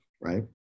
right